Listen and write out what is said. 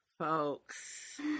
Folks